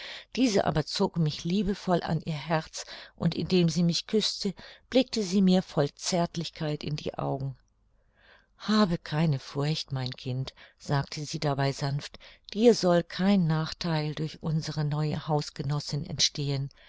diese aber zog mich liebevoll an ihr herz und indem sie mich küßte blickte sie mir voll zärtlichkeit in die augen habe keine furcht mein kind sagte sie dabei sanft dir soll kein nachtheil durch unsere neue hausgenossin entstehen